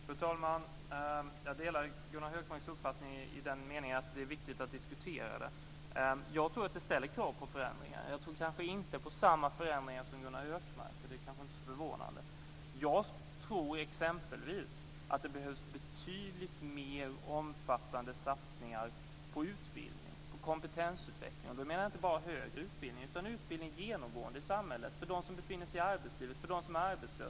Fru talman! Jag delar Gunnar Hökmarks uppfattning i den meningen att det är viktigt att diskutera det här. Jag tror att det ställer krav på förändringar. Jag tror kanske inte på samma förändringar som Gunnar Hökmark, men det är kanske inte så förvånande. Jag tror exempelvis att det behövs betydligt mer omfattande satsningar på utbildning, på kompetensutveckling. Då menar jag inte bara högre utbildning utan utbildning genomgående i samhället för de som befinner sig i arbetslivet och de som är arbetslösa.